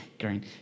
Green